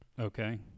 Okay